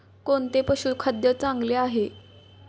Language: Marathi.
कोणते पशुखाद्य चांगले आहे?